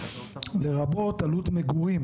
לרבות עלות מגורים.